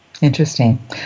Interesting